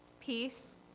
peace